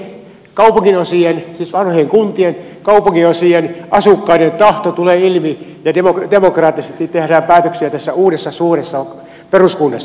kuinka näitten pienien kaupunginosien siis vanhojen kuntien kaupunginosien asukkaiden tahto tulee ilmi ja demokraattisesti tehdään päätöksiä tässä uudessa suuressa peruskunnassa